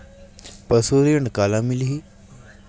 पशु ऋण काला मिलही?